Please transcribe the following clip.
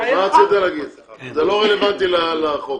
רלבנטי לחוק.